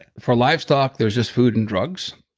and for livestock there's just food and drugs.